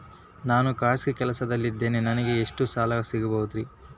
ನಾನು ಖಾಸಗಿ ಕೆಲಸದಲ್ಲಿದ್ದೇನೆ ನನಗೆ ಎಷ್ಟು ಸಾಲ ಸಿಗಬಹುದ್ರಿ?